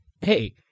hey